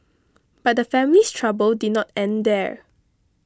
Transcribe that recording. but the family's trouble did not end there